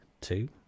two